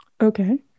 Okay